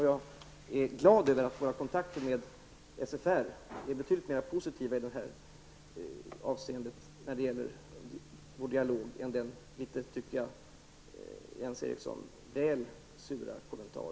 Jag är glad över att vår dialog och våra kontakter med SFR är betydligt mera positiva än vad som kom till uttryck i Jens Erikssons i mitt tycke litet väl sura kommentar.